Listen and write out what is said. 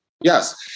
yes